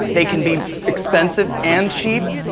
they can be expensive and cheap,